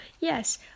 yes